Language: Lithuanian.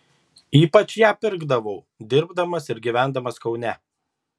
ypač ją pirkdavau dirbdamas ir gyvendamas kaune